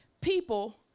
people